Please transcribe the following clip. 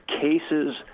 cases